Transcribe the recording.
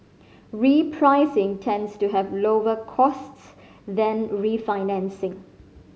repricing tends to have lower costs than refinancing